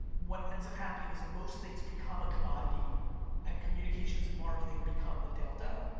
what ends up happening is most things become a commodity and communications and marketing become the delta.